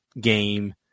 game